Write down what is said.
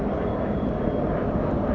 err then err you play sports then